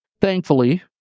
Thankfully